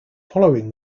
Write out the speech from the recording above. following